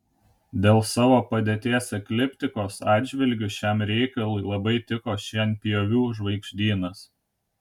dėl savo padėties ekliptikos atžvilgiu šiam reikalui labai tiko šienpjovių žvaigždynas